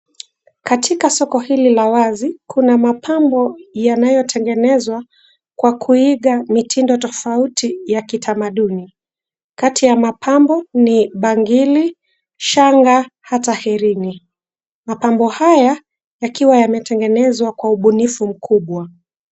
Katika soko hili la wazi kuna mapambo yanayotengenezwa kwa kuiga mitindo tofauti ya kitamaduni. Kati ya mapambo ni bangili, shanga hata hereni. Mapambo haya yakiwa yametengenezwa kwa ubunifu mkubwa.